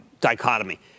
dichotomy